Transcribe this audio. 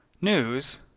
news